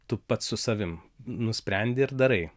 tu pats su savim nusprendi ir darai